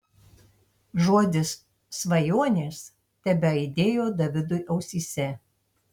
žodis svajonės tebeaidėjo davidui ausyse